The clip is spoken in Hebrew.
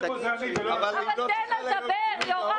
שתגיד שהיא --- מי שקובע מי יבוא לפה,